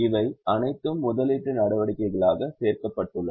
இவை அனைத்தும் முதலீட்டு நடவடிக்கைகளாக சேர்க்கப்பட்டுள்ளன